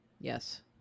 Yes